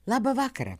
labą vakarą